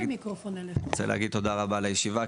קודם כל אני רוצה להגיד תודה רבה על הישיבה,